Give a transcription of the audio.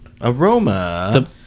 Aroma